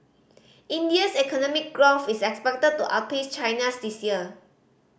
India's economic growth is expected to outpace China's this year